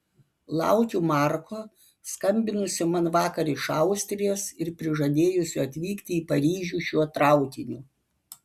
laukiu marko skambinusio man vakar iš austrijos ir prižadėjusio atvykti į paryžių šiuo traukiniu